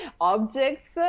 objects